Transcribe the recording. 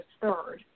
third